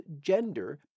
gender